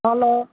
hello